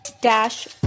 dash